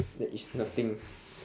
that is nothing